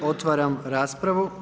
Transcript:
Otvaram raspravu.